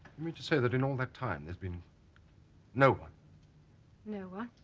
mean to say that in all that time there's been no one no one